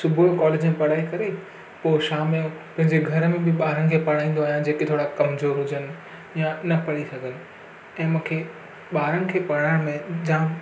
सुबुहजो college में पढ़ाए करे पोइ शाम जो पंहिंजे घर में बि ॿारनि खे पढ़ाईंदो आहियां जेके थोरा कमज़ोरु हुजनि या न पढ़ी सघनि ऐं मूंखे ॿारनि खे पढ़ाइण में जाम